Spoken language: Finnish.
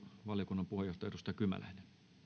valiokunnan puheenjohtaja edustaja kymäläinen